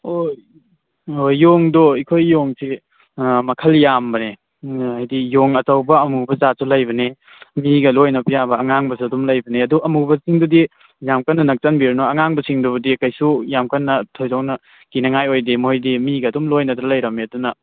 ꯍꯣꯏ ꯌꯣꯡꯗꯣ ꯑꯩꯈꯣꯏ ꯌꯣꯡꯁꯦ ꯃꯈꯜ ꯌꯥꯝꯕꯅꯦ ꯍꯥꯏꯗꯤ ꯌꯣꯡ ꯑꯆꯧꯕ ꯑꯃꯨꯕ ꯖꯥꯠꯁꯨ ꯂꯩꯕꯅꯤ ꯃꯤꯒ ꯂꯣꯏꯅꯕ ꯌꯥꯕ ꯑꯉꯥꯡꯕꯁꯨ ꯑꯗꯨꯝ ꯂꯩꯕꯅꯦ ꯑꯗꯨ ꯑꯃꯨꯕꯁꯤꯡꯗꯨꯗꯤ ꯌꯥꯝ ꯀꯟꯅ ꯅꯛꯁꯤꯟꯕꯤꯔꯨꯅꯨ ꯑꯉꯥꯡꯕꯁꯤꯡꯗꯨꯕꯨꯗꯤ ꯀꯩꯁꯨ ꯌꯥꯝ ꯀꯟꯅ ꯊꯣꯗꯣꯛꯅ ꯀꯤꯅꯤꯡꯉꯥꯏ ꯑꯣꯏꯗꯦ ꯃꯣꯏꯗꯤ ꯃꯤꯒ ꯑꯗꯨꯝ ꯂꯣꯏꯅꯗꯨꯅ ꯂꯩꯔꯃꯦ ꯑꯗꯨꯅ